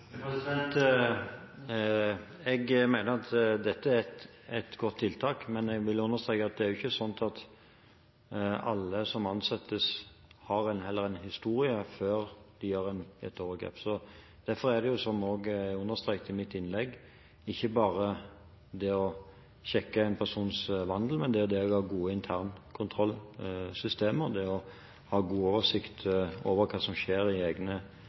her? Jeg mener at dette er et godt tiltak, men jeg vil understreke at det er ikke sånn at alle som ansettes, har en historie før de gjør et overgrep. Derfor er det, som jeg understreket i mitt innlegg, ikke nok å sjekke en persons vandel, en må ha gode interne kontrollsystemer og god oversikt over hva som skjer i egne